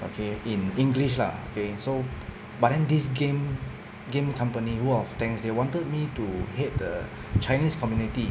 okay in english lah okay so but then this game game company world of tanks they wanted me to hit the chinese community